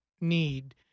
need